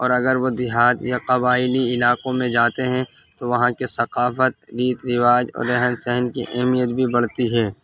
اور اگر وہ دیہات یا قبائلی علاقوں میں جاتے ہیں تو وہاں کے ثقافت ریت رواج اور رہن سہن کی اہمیت بھی بڑھتی ہے